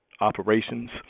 operations